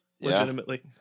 legitimately